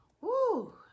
Woo